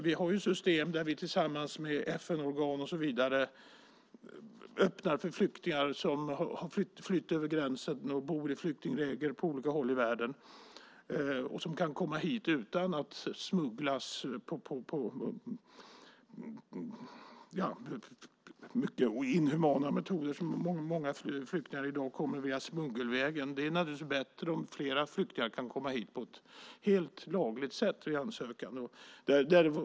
Vi har system där vi tillsammans med FN-organ och så vidare öppnar för flyktingar som har flytt över gränsen, som bor i flyktingläger på olika håll i världen och som kan komma hit utan att smugglas med inhumana metoder - många flyktingar kommer i dag via smuggelvägen. Det är naturligtvis bättre om fler flyktingar kan komma hit på ett helt lagligt sätt via ansökan.